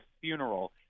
funeral